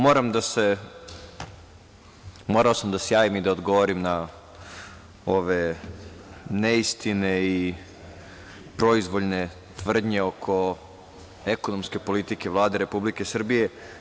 Morao sam da se javim i da odgovorim na ove neistine i proizvoljne tvrdnje oko ekonomske politike Vlade Republike Srbije.